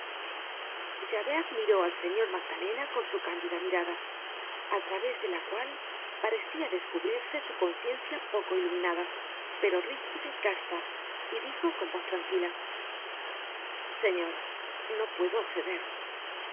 destino javert miró al señor magdalena con su candida mirada al través de la cual parecia descubrirse su conciencia poco iluminada pero rígida y casta y dijo con voz tranquila señor no puedo acceder